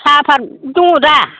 साफाद दङ दा